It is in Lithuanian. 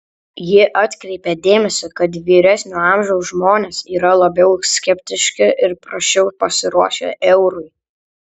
ji atkreipė dėmesį kad vyresnio amžiaus žmonės yra labiau skeptiški ir prasčiau pasiruošę eurui